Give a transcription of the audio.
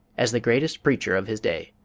as the greatest preacher of his day.